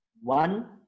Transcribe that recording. One